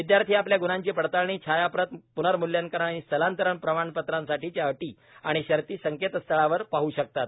विदयार्थी आपल्या गुणांची पडताळणी छायाप्रत पुनर्मुल्यांकन आणि स्थलांतर प्रमाणपत्रांसाठीच्या अटी आणि शर्ती संकेतस्थळावर पाह शकतात